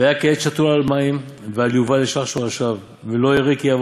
'והיה כעץ שתול על מים ועל יובל ישלח שרשיו ולא ירא כי יבא